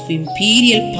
imperial